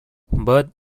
but